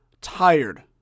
tired